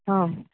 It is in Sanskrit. आम्